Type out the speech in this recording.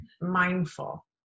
mindful